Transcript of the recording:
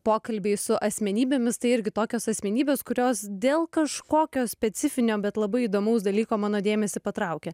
pokalbiai su asmenybėmis tai irgi tokios asmenybės kurios dėl kažkokio specifinio bet labai įdomaus dalyko mano dėmesį patraukia